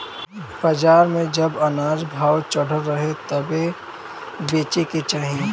बाजार में जब अनाज भाव चढ़ल रहे तबे बेचे के चाही